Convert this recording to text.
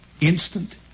instant